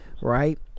right